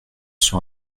sur